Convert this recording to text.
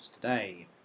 today